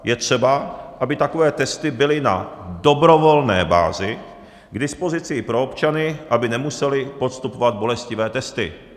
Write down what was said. Je třeba, aby takové testy byly na dobrovolné bázi k dispozici i pro občany, aby nemuseli odstupovat bolestivé testy.